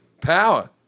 power